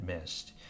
missed